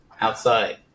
outside